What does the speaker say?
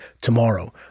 tomorrow